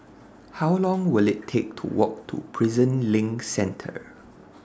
How Long Will IT Take to Walk to Prison LINK Centre